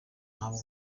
ntabwo